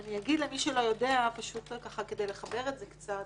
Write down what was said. אני אגיד למי שלא יודע כדי לחבר את זה קצת